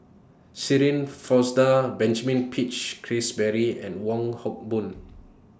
Shirin Fozdar Benjamin Peach Keasberry and Wong Hock Boon